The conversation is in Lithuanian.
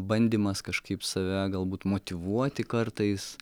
bandymas kažkaip save galbūt motyvuoti kartais